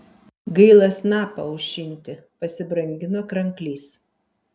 gaila snapą aušinti pasibrangino kranklys